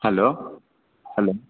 hello hello